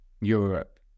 Europe